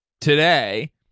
today